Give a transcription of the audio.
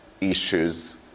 issues